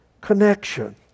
connection